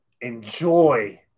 enjoy